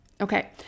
Okay